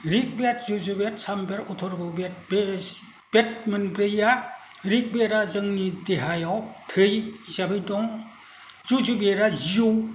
rig Veda जुजु बेद साम बेद अथ'र्ब' बेद बे बेद मोनब्रैया रिग बेदआ जोंनि देहायाव थै हिसाबै दं जुजु बेदआ जिउ